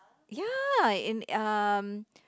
ya in um